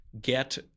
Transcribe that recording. get